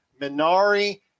Minari